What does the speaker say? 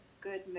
good